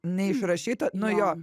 ne išrašyta nu jo